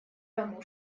тому